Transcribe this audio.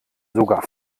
sogar